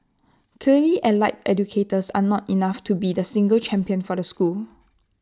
clearly allied educators are not enough to be the single champion for the school